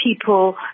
people